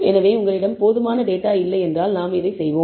எனவே உங்களிடம் போதுமான டேட்டா இல்லையென்றால் நாம் இதை செய்வோம்